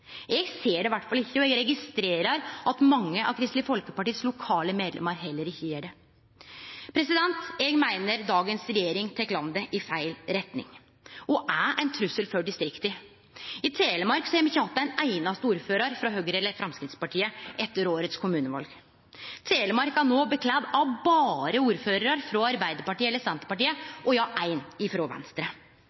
Eg ser det iallfall ikkje, og eg registrerer at mange av Kristeleg Folkepartis lokale medlemer heller ikkje gjer det. Eg meiner dagens regjering tek landet i feil retning og er ein trussel for distrikta. I Telemark fekk me ikkje ein einaste ordførar frå Høgre eller Framstegspartiet etter årets kommuneval. I Telemark er det no ordførarar berre frå Arbeidarpartiet og Senterpartiet og ein frå Venstre.